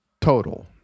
total